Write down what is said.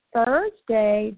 Thursday